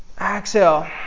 exhale